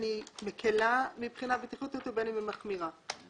מקלה מבחינת הבטיחות ובין אם היא מחמירה.